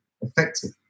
effective